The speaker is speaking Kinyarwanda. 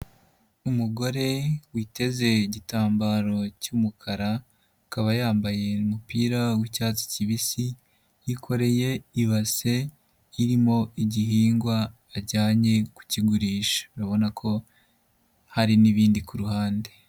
Umugore witeze igitambaro cy'umukara, akaba yambaye umupira w'icyatsi kibisi, yikoreye ibase irimo igihingwa ajyanye kukigurisha, urabona ko hari n'ibindi ku ruhande.